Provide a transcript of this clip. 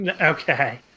okay